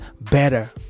better